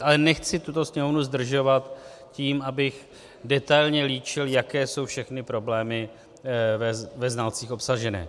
Ale nechci tuto Sněmovnu zdržovat tím, abych detailně líčil, jaké jsou všechny problémy ve znalcích obsaženy.